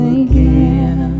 again